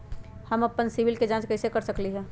हम अपन सिबिल के जाँच कइसे कर सकली ह?